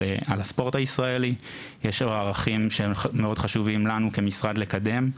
הספורט הישראלי יש ערכים שמאוד חשובים לנו כמשרד לקדם,